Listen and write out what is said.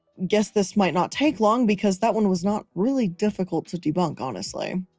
guess this might not take long because that one was not really difficult to debunk, honestly.